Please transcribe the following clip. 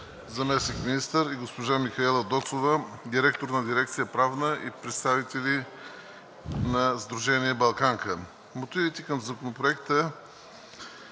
заместник-министър, и госпожа Михаела Доцова, директор на дирекция „Правна“; и представител на Сдружение „Балканка“. Мотивите към Законопроекта